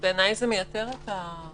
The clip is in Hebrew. בעיני זה מייתר את מה